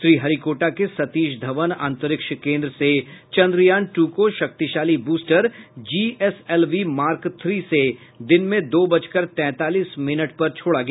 श्रीहरिकोटा के सतीश धवन अंतरिक्ष केन्द्र से चन्द्रयान टू को शक्तिशाली booster G S L V Mark three से दिन में दो बजकर तैंतालीस मिनट पर छोड़ा गया